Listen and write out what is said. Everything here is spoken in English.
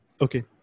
Okay